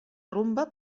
rumba